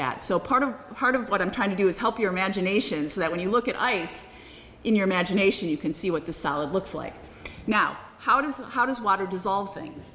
that so part of part of what i'm trying to do is help your imagination so that when you look at ice in your imagination you can see what the solid looks like now how does how does water dissolve things